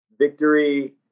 Victory